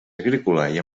agrícola